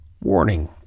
warning